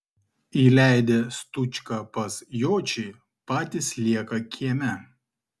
įleidę stučką pas jočį patys lieka kieme